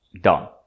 Done